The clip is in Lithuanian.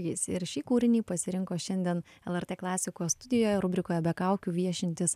jis ir šį kūrinį pasirinko šiandien lrt klasikos studijoje rubrikoje be kaukių viešintis